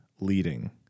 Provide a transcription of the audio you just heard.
leading